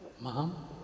Mom